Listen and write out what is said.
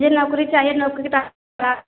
मुझे नौकरी चाहिए नौकरी बता